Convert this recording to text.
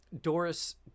Doris